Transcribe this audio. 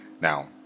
now